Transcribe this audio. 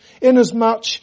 inasmuch